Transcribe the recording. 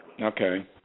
Okay